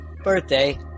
birthday